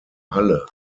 halle